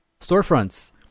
storefronts